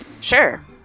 Sure